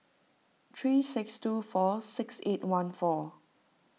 three six two four six eight one four